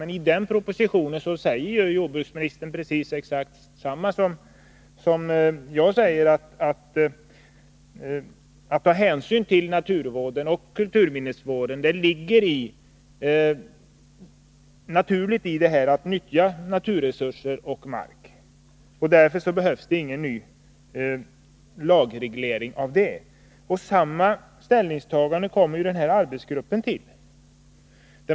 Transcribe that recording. Men i den propositionen säger jordbruksministern precis detsamma som jag säger: Att ta hänsyn till naturvården och kulturminnesvården ligger naturligt i att man nyttjar naturresurser och mark. Därför behövs ingen ny lagreglering av detta. Samma ställningstagande kommer ju arbetsgruppen till.